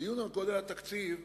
הדיון על גודל התקציב,